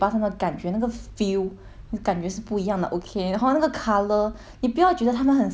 你感觉不一样的 okay 然后那个 colour 你不要觉得他们很 similar but 他们不一样